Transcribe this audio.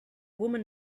woman